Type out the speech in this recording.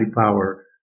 power